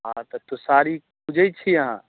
आ तुषारी बुझै छियै अहाँ